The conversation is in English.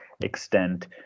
extent